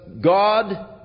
God